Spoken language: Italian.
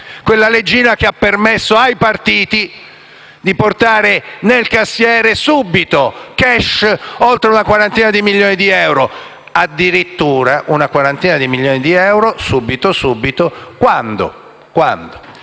la leggina che ha permesso ai partiti di portare nel cassiere subito, *cash*, oltre una quarantina di milioni di euro. Addirittura una quarantina di milioni di euro subito, quando chi